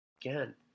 Again